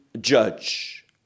judge